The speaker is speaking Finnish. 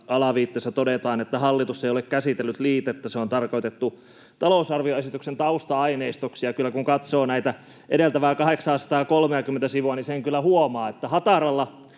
Alaviitteessä todetaan, että hallitus ei ole käsitellyt liitettä, se on tarkoitettu talousarvioesityksen tausta-aineistoksi. Kun katsoo näitä edeltäviä 830:tä sivua, niin sen kyllä huomaa. Hataralla